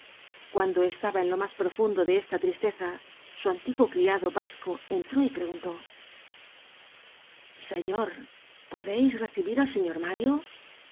cuando estaba en lo mas profundo de esta tristeza su antiguo criado basco entró y preguntó content from google book search generated at señor podeis recibir al señor mario